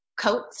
Coats